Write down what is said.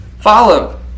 follow